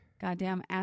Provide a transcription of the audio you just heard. goddamn